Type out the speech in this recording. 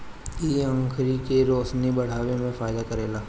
इ आंखी के रोशनी बढ़ावे में फायदा करेला